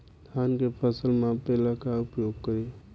धान के फ़सल मापे ला का उपयोग करी?